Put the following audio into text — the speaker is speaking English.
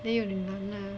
then 有一点难 lah